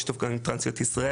שיתוף גם עם טרנסיות ישראל,